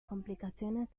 complicaciones